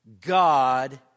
God